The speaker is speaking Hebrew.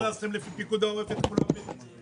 למה לא הכנסתם לפי פיקוד העורף את כל היישובים אצלנו?